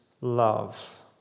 love